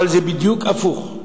אבל זה בדיוק הפוך.